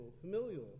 familial